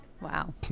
wow